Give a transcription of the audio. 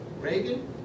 Reagan